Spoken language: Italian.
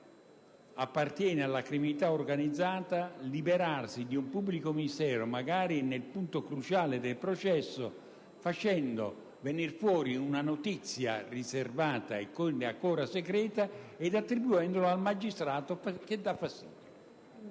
appartiene alla criminalità organizzata liberarsi di un pubblico ministero, magari nel punto cruciale del processo, facendo venir fuori una notizia riservata e ancora segreta e attribuendo il fatto al magistrato che dà fastidio.